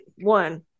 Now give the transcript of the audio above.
One